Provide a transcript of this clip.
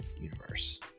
universe